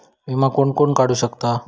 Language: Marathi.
विमा कोण कोण काढू शकता?